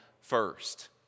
first